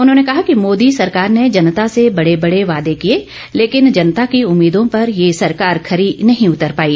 उन्होंने कहा कि मोदी सरकार ने जनता से बड़े बड़े वादे किए लेकिन जनता की उम्मीदों पर ये सरकार खरी नहीं उतर पाई